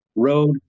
Road